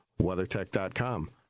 WeatherTech.com